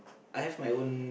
I have my own